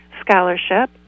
scholarship